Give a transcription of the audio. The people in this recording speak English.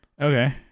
okay